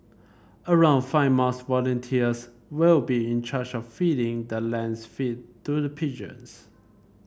around five mosque volunteers will be in charge of feeding the laced feed to the pigeons